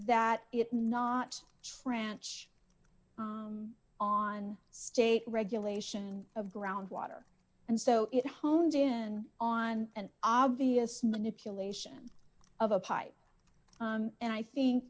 that it not tranch on state regulation of groundwater and so it honed in on an obvious manipulation of a pipe and i think